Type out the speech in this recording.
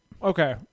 Okay